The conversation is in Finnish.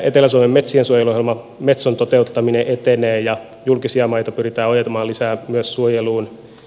etelä suomen metsien suojeluohjelman metson toteuttaminen etenee ja julkisia maita pyritään ojentamaan lisää myös suojeluun